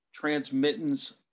transmittance